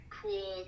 cool